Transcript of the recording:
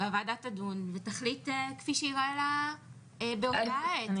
הוועדה תדון ותחליט כפי שייראה לה באותה עת.